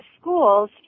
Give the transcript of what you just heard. schools